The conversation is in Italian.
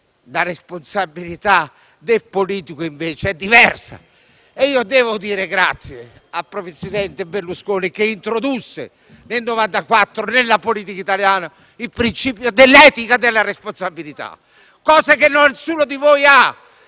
La responsabilità del politico, invece, è diversa e devo dire grazie al presidente Berlusconi perché nel 1994 introdusse nella politica italiana il principio dell'etica della responsabilità, cosa che nessuno di voi ha.